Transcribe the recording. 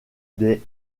des